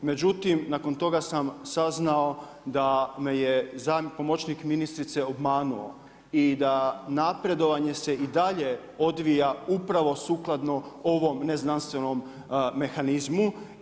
Međutim nakon toga sam saznao da me je pomoćnik ministrice obmanuo i da se napredovanje i dalje odvija upravo sukladno ovom ne znanstvenom mehanizmu.